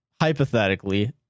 hypothetically